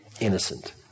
innocent